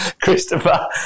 Christopher